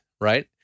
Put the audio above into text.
right